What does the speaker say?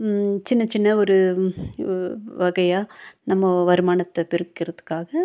சின்ன சின்ன ஒரு ஒ ஒரு வகையாக நம்ம வருமானத்தை பெருக்கிறதுக்காக